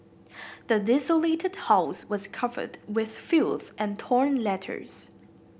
the desolated house was covered with filth and torn letters